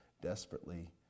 desperately